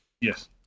yes